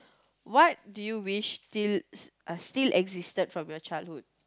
what do you wish still existed from your childhood